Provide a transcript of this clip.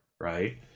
right